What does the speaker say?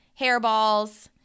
hairballs